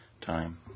time